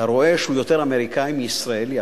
אתה רואה שהוא יותר אמריקני מישראלי.